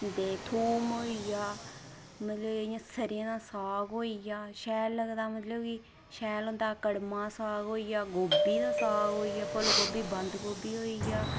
ते थूम होई गेआ मतलब इ'यां सरेआं दा साग होई गेआ शैल लगदा मतलब कि शैल होंदा कड़मा साग होई गेआ गोभी दा साग होई गेआ फुलगोभी बंदगोभी होई गेआ